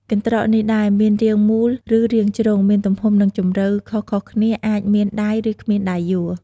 កន្រ្តកនេះដែរ មានរាងមូល ឬរាងជ្រុង មានទំហំ និងជម្រៅខុសៗគ្នា អាចមានដៃ ឬគ្មានដៃយួរ។